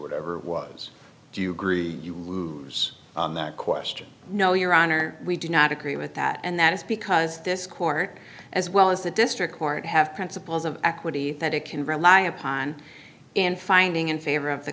whatever it was do you agree on that question no your honor we do not agree with that and that is because this court as well as the district court have principles of equity that it can rely upon in finding in favor of the